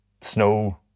snow